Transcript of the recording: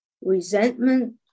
resentment